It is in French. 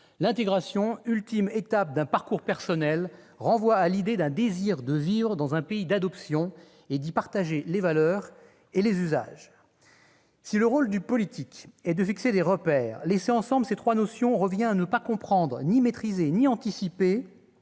l'intégration, ultime étape d'un parcours personnel, elle renvoie à un désir de vivre dans un pays d'adoption et d'en partager les valeurs et les usages. Si le rôle du politique est de fixer des repères, lier ces trois notions signifie ne pas comprendre, ni maîtriser, ni anticiper